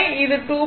இது 2π